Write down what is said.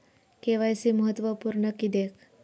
KYC महत्त्वपुर्ण किद्याक?